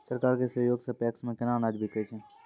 सरकार के सहयोग सऽ पैक्स मे केना अनाज बिकै छै?